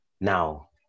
Now